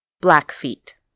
Blackfeet